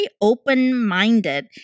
open-minded